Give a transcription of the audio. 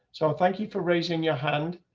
so thank you for raising your hand,